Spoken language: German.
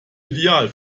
ideal